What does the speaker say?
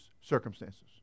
circumstances